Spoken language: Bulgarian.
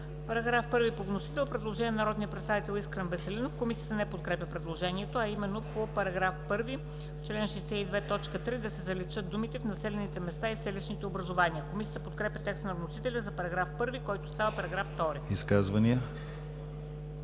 Параграф 1 по вносител. Предложение на народния представител Искрен Веселинов. Комисията не подкрепя предложението, а именно: „По § 1, чл. 62, т. 3 да се заличат думите „в населените места и селищните образувания“.“ Комисията подкрепя текста на вносителя за § 1, който става § 2. ПРЕДСЕДАТЕЛ